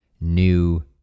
new